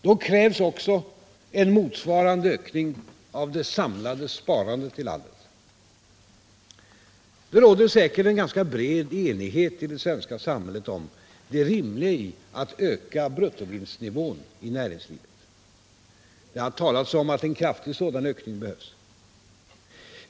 Då krävs också en motsvarande ökning av det samlade sparandet i landet. Det råder säkert en ganska bred enighet i det svenska samhället om det rimliga i att öka bruttovinstnivån i näringslivet. Det har talats om att en kraftig sådan ökning behövs.